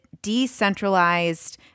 decentralized